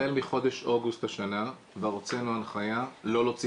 החל מחודש אוגוסט בשנה כבר הוצאנו הנחיה לא להוציא